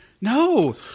No